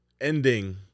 ending